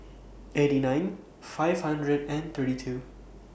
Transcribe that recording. eighty nine five hundred and thirty two